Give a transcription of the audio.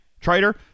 trader